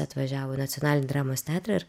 atvažiavo į nacionalinį dramos teatrą ir